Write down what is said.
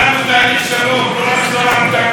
(חברת הכנסת תמר זנדברג יוצאת מאולם המליאה.)